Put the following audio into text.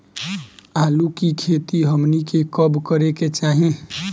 आलू की खेती हमनी के कब करें के चाही?